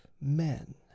men